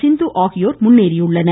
சிந்து ஆகியோர் முன்னேறியுள்ளனர்